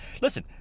Listen